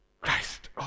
Christ